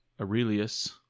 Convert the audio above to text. Aurelius